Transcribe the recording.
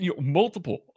multiple